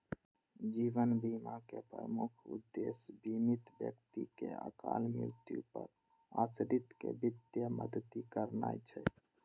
जीवन बीमाक प्रमुख उद्देश्य बीमित व्यक्तिक अकाल मृत्यु पर आश्रित कें वित्तीय मदति करनाय छै